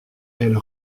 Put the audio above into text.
elle